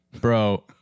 bro